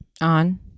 on